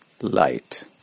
light